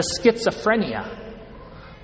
schizophrenia